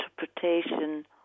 interpretation